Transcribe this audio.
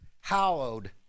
hallowed